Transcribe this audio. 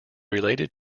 related